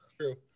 True